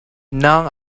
known